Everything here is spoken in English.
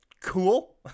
Cool